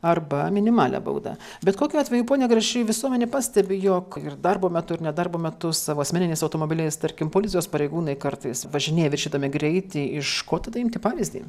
arba minimalią baudą bet kokiu atveju pone grašy visuomenė pastebi jog ir darbo metu ir nedarbo metu savo asmeniniais automobiliais tarkim policijos pareigūnai kartais važinėja viršydami greitį iš ko tada imti pavyzdį